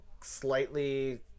slightly